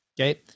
Okay